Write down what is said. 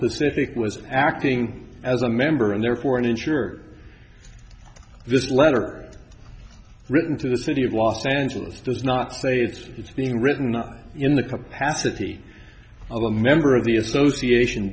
pacific was acting as a member and therefore an insurer this letter written to the city of los angeles does not say it's being written not in the capacity of a member of the association